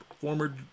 former